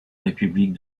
république